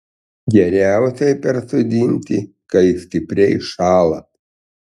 geriausiai persodinti kai stipriai šąla